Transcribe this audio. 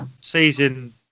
season